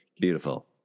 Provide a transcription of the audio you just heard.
Beautiful